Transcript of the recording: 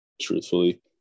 Truthfully